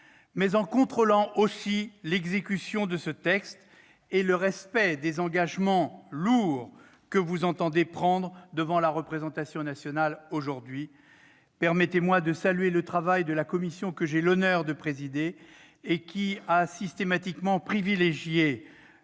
mais en contrôlant l'exécution de ce texte et le respect des engagements lourds que vous entendez prendre devant la représentation nationale aujourd'hui. Permettez-moi de saluer le travail de la commission que j'ai l'honneur de présider et qui a systématiquement privilégié